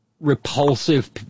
repulsive